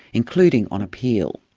including on appeal.